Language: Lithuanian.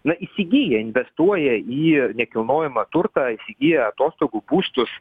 na įsigyja investuoja į nekilnojamą turtą įsigyja atostogų būstus